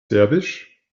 serbisch